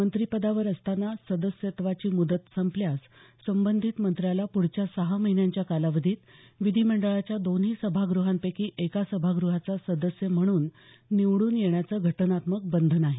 मंत्रिपदावर असताना सदस्यत्वाची मुदत संपल्यास संबंधित मंत्र्याला पुढच्या सहा महिन्यांच्या कालावधीत विधिमंडळाच्या दोन्ही सभागृहांपैकी एका सभागृहाचा सदस्य म्हणून निवडून येण्याचं घटनात्मक बंधन आहे